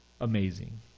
amazing